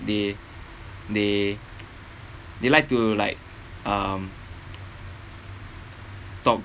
they they they like to like um talk